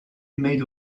made